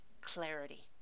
clarity